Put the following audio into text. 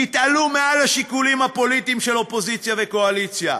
תתעלו מעל השיקולים הפוליטיים של אופוזיציה וקואליציה,